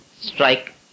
strike